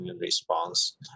response